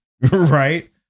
Right